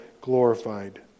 glorified